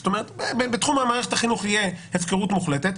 זאת אומרת בתחום מערכת החינוך יהיה הפקרות מוחלטת.